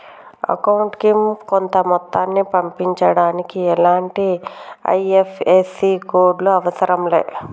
అకౌంటుకి కొంత మొత్తాన్ని పంపించడానికి ఎలాంటి ఐ.ఎఫ్.ఎస్.సి కోడ్ లు అవసరం లే